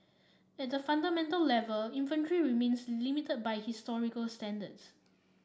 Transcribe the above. at the fundamental level inventory remains limited by historical standards